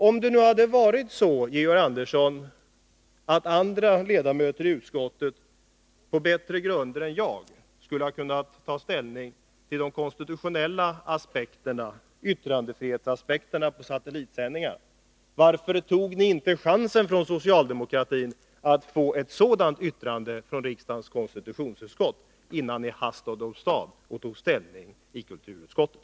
Om det hade varit så, Georg Andersson, att andra ledamöter i utskottet på bättre grunder än jag skulle ha kunnat ta ställning till de konstitutionella aspekterna, yttrandefrihetsaspekterna på satellitsändningar, varför tog ni då inte chansen från socialdemokratin att få ett sådant yttrande från konstitutionsutskottet, innan ni hastade åstad och tog ställning i kulturutskottet?